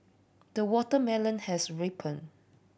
the watermelon has ripened